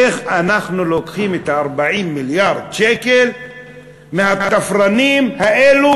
איך אנחנו לוקחים את ה-40 מיליארד שקל מהתפרנים האלה,